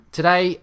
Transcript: today